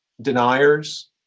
deniers